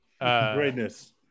Greatness